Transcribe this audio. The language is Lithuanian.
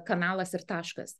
kanalas ir taškas